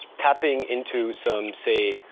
tapping into some, say,